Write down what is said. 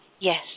yes